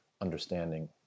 understanding